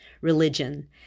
religion